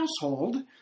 household